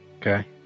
Okay